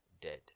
dead